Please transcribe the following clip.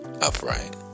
upright